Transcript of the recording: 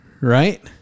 right